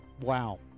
Wow